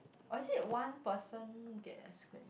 or is it one person get a square